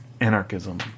anarchism